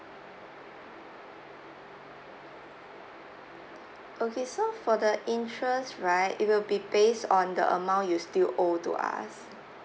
okay so for the interest right it will be based on the amount you still owe to us